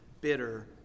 bitter